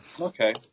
Okay